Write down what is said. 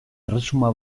erresuma